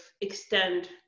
extend